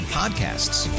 podcasts